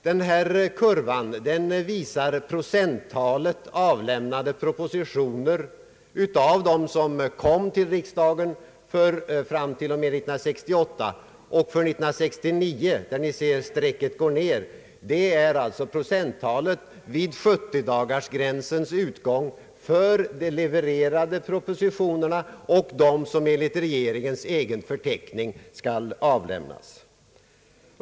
Denna kurva visar det procentuella antal propositioner som avlämnats under åren 1959 till 1968 vid sjuttiodagarsgränsen. Strecket går ned för 1969. Det visar vid sjuttiodagarsgränsen avlämnade antalet propositioner i procent av dem som enligt regeringens egen bedömning skall avlämnas.